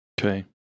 Okay